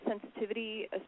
sensitivity